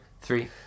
three